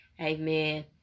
Amen